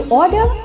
order